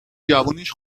جوونیش